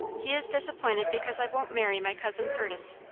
he is disappointed because i won't marry my cousin curtis.